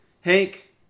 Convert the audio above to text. hank